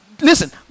listen